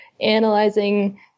analyzing